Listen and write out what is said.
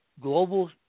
global